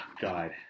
God